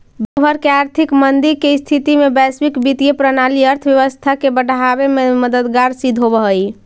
विश्व भर के आर्थिक मंदी के स्थिति में वैश्विक वित्तीय प्रणाली अर्थव्यवस्था के बढ़ावे में मददगार सिद्ध होवऽ हई